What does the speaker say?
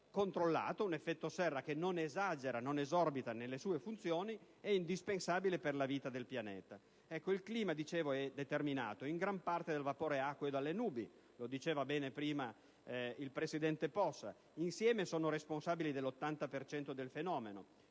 un effetto serra che non esagera, non esorbita nelle sue funzioni è indispensabile per la vita nel pianeta. Come dicevo, il clima è determinato in gran parte dal vapore acqueo e dalle nubi, come spiegava bene in precedenza il presidente Possa. Insieme sono responsabili dell'80 per cento